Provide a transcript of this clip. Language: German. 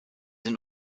sind